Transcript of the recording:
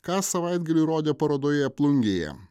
ką savaitgalį rodė parodoje plungėje